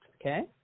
okay